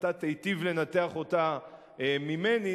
אתה תיטיב לנתח אותה ממני,